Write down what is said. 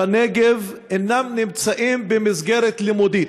בנגב אינם נמצאים במסגרת לימודית.